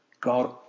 God